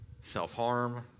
self-harm